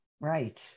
right